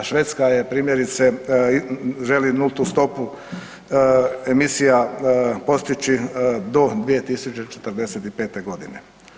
Švedska je primjerice želi nultu stopu emisija postići do 2045. godine.